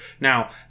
Now